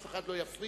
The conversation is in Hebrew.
ואף אחד לא יפריע.